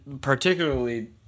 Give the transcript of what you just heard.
particularly